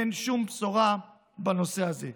אין שום בשורה בנושא הזה.